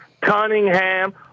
Cunningham